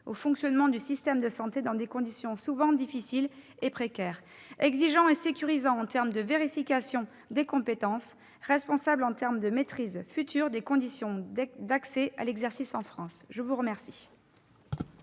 au fonctionnement du système de santé dans des conditions souvent difficiles et précaires, exigeants et sécurisants en termes de vérification des compétences, responsables en termes de maîtrise future des conditions d'accès à l'exercice en France. La parole